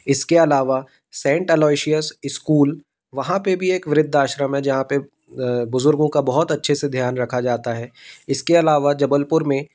इसके अलावा Saint Aloysius school वहाँ पे भी एक वृद्धाश्रम है जहाँ पे बुज़ुर्गों का बहुत अच्छे से ध्यान रखा जाता है इसके अलावा जबलपुर में